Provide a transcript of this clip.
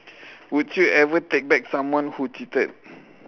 would you ever take back someone who cheated